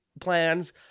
plans